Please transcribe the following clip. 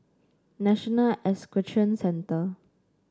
National Equestrian Centre